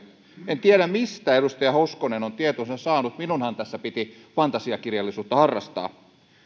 en tiedä mistä edustaja hoskonen on tietonsa saanut minunhan tässä piti fantasiakirjallisuutta harrastaa